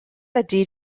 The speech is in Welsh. ydy